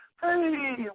Hey